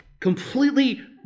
completely